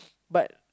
but